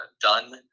done